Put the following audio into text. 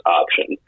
option